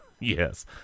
yes